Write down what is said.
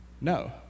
No